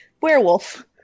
werewolf